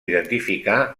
identificar